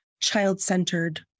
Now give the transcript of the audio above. Child-centered